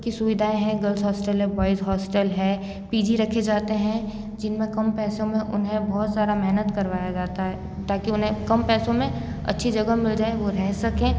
की सुविधाएं हैं गर्ल्स हॉस्टल है बॉयज़ हॉस्टल है पीजी रखे जाते हैं जिनमें कम पैसों में उन्हें बहुत सारा महनत करवाया जाता है ताकि उन्हें कम पैसों में अच्छी जगह मिल जाए वो रह सकें